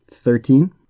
Thirteen